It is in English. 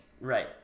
Right